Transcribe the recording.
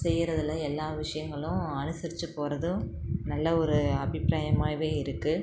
செய்கிறதுல எல்லா விஷயங்களும் அனுசரித்து போகிறதும் நல்ல ஒரு அபிப்ராயமாகவே இருக்குது